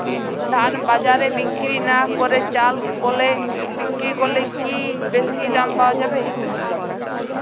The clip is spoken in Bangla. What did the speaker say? ধান বাজারে বিক্রি না করে চাল কলে বিক্রি করলে কি বেশী দাম পাওয়া যাবে?